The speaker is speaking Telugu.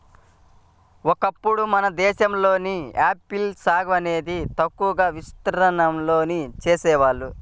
ఒకప్పుడు మన దేశంలో ఆపిల్ సాగు అనేది తక్కువ విస్తీర్ణంలో చేసేవాళ్ళు